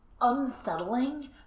unsettling